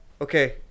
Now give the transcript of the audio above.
okay